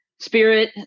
spirit